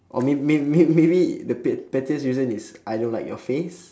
or may~ may~ may~ maybe the pe~ pettiest reason is I don't like your face